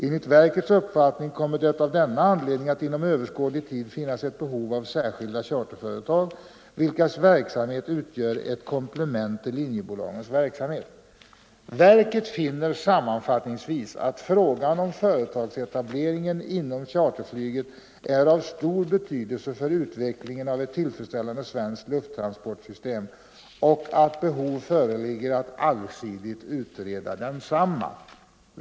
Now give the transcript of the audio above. Enligt verkets upp fattning kommer det av denna anledning att inom överskådlig tid finnas Nr 125 ett behov av särskilda charterföretag, vilkas verksamhet utgör ett kom Onsdagen den plement till linjebolagens verksamhet. Verket finner sammanfattningsvis 20 november 1974 att frågan om företagsetableringen inom charterflyget är av stor betydelse I för utvecklingen av ett tillfredsställande svenskt lufttransportsystem och — Företagsetablering att behov föreligger att allsidigt utreda densamma.